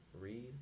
Read